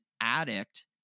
addict